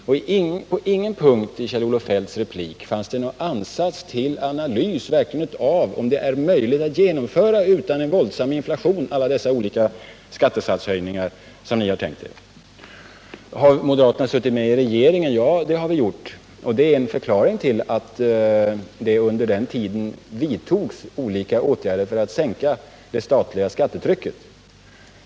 På ingen punkt i Kjell-Olof Feldts replik fanns det någon ansats till en verklig analys av om det är möjligt att genomföra alla de olika skattesatshöjningar som ni tänkt er utan att det blir en våldsam inflation. Har moderaterna suttit med i regeringen? Ja, det har vi gjort, och det är förklaringen till att det under den tiden vidtogs olika åtgärder för att sänka det statliga skattetrycket.